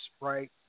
right